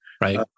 right